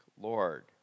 Lord